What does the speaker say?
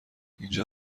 اینجا